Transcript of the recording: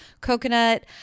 coconut